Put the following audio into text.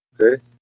okay